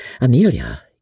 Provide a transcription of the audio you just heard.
Amelia